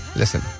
listen